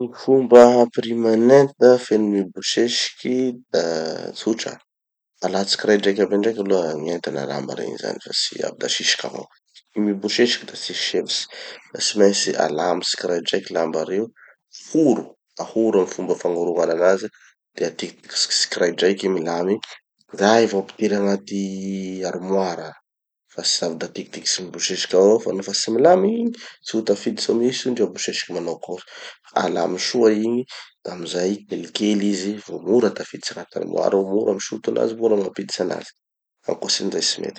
Gny fomba hampiriman'enta feno mibosesiky da tsotra. Alahatsy tsikiraidraiky aby andraiky aloha gn'enta na lamba regny zany fa tsy avy da asisiky avao. Gny mibosesiky da tsy misy hevitsy. Fa tsy maintsy alamy tsikiraidraiky lamba reo, foro ahoro amy fomba fagnorognanan'anazy, de atikitikitsy tsikiraidraiky igny milamy, zay vo ampidiry agnaty armoire, fa tsy avy da atikitikitsy mibosesiky avao fa nofa tsy milamin'igny, tsy ho tafiditsy amin'igny sinitry ndre abosesiky manao akory. Alamy soa igny, da amizay kelikely izy, vo mora tafiditsy agnaty armoire, mora misoto anazy mora mampiditsy anazy. Ankoatsin'izay tsy mety.